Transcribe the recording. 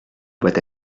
boîte